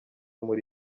muri